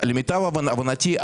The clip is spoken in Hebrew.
למיטב הבנתי,